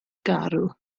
garw